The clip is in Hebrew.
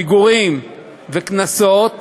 פיגורים וקנסות